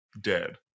dead